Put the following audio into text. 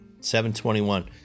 721